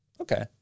Okay